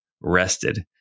rested